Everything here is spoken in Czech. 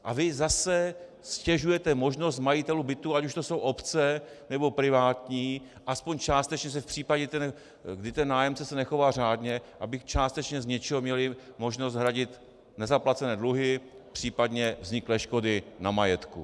A vy zase ztěžujete možnost majitelů bytů, ať už jsou to obce, nebo privátní, aspoň částečně v případě, kdy se nájemce nechová řádně, aby částečně z něčeho měli možnost hradit nezaplacené dluhy, případně vzniklé škody na majetku.